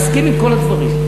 מסכים עם כל הדברים.